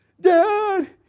dad